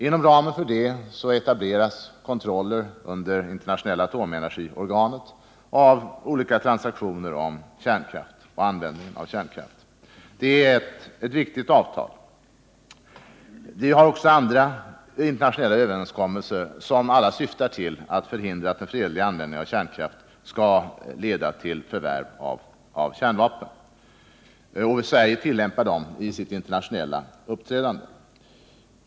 Inom ramen för avtalet etableras under internationella atomenergiorganet kontroller av olika transaktioner och användning av kärnkraft. Det är således ett viktigt avtal. Vi har även andra internationella överenskommelser, som alla syftar till att förhindra att en fredlig användning av kärnkraft skulle kunna leda till förvärv av kärnvapen. Sverige tillämpar dem i sitt internationella uppträdande.